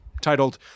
titled